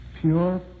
pure